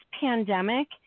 pandemic